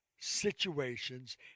situations